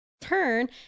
turn